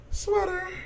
sweater